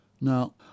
Now